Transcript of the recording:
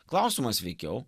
klausimas veikiau